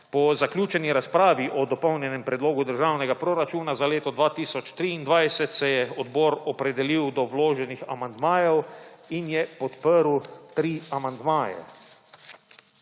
Po zaključeni razpravi o Dopolnjenem predlogu državnega proračuna za leto 2023 se je odbor opredelil do vloženih amandmajev in je podprl tri amandmaje.